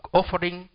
offering